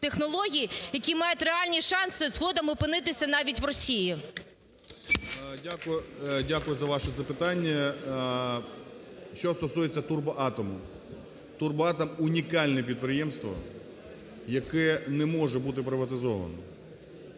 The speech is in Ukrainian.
технологій, які мають реальні шанси згодом опинитися навіть в Росії. 11:02:05 ГРОЙСМАН В.Б. Дякую за ваше запитання. Що стосується "Турбоатому". "Турбоатом" – унікальне підприємство, яке не може бути приватизовано.